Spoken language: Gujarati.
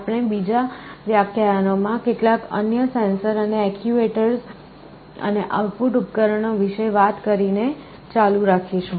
આપણે બીજા વ્યાખ્યાયનો માં કેટલાક અન્ય સેન્સર અને એક્ચ્યુએટર્સ અને આઉટપુટ ઉપકરણો વિશે વાત કરીને ચાલુ રાખીશું